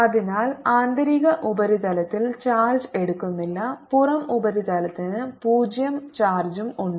അതിനാൽ ആന്തരിക ഉപരിതലത്തിൽ ചാർജ്ജ് എടുക്കുന്നില്ല പുറം ഉപരിതലത്തിന് പൂജ്യo ചാർജും ഉണ്ട്